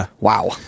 wow